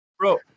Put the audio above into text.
Bro